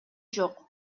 жок